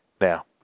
Now